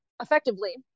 effectively